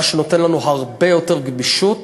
מה שנותן לנו הרבה יותר גמישות